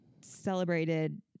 celebrated